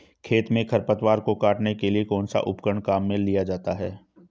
खेत में खरपतवार को काटने के लिए कौनसा उपकरण काम में लिया जाता है?